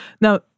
Now